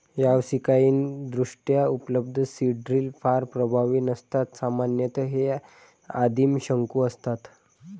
व्यावसायिकदृष्ट्या उपलब्ध seed drill फार प्रभावी नसतात सामान्यतः हे आदिम शंकू असतात